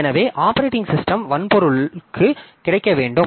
எனவே operating system வன்பொருளுக்கு கிடைக்க வேண்டும்